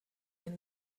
and